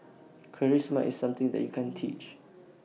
charisma is something that you can't teach